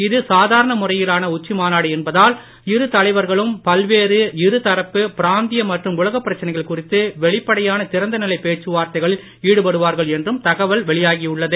இது சாதாரண முறையிலான உச்சி மாநாடு என்பதால் இரு தலைவர்களும் பல்வேறு இருதரப்பு பிராந்திய மற்றும் உலகப் பிரச்சனைகள் குறித்து வெளிப்படையான திறந்தநிலை பேச்சுவார்த்தைகளில் ஈடுபடுவார்கள் என்றும் தகவல் வெளியாகியுள்ளது